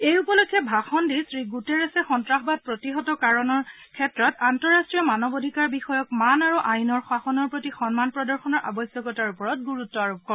এই উপলক্ষে ভাষণ দি শ্ৰীণুটেৰেছে সন্ত্ৰাসবাদ প্ৰতিহতকৰণৰ ক্ষেত্ৰত আন্তঃৰাষ্ট্ৰীয় মানৱ অধিকাৰ বিষয়ক মান আৰু আইনৰ শাসনৰ প্ৰতি সন্মান প্ৰদৰ্শনৰ আৱশ্যকতাৰ ওপৰত গুৰুত্ব আৰোপ কৰে